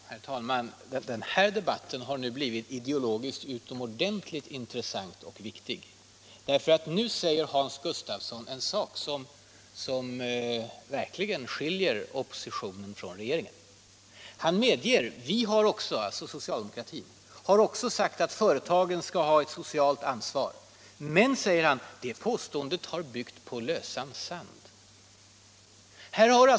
Herr talman! Efter detta har den här debatten nu blivit ideologiskt utomordentligt intressant och viktig. Nu säger Hans Gustafsson en sak som verkligen skiljer oppositionen från regeringen. Han säger att socialdemokratin också har sagt att företagen skall ha ett socialt ansvar. Men, medger han, det påståendet har vi ”byggt på lösan sand”.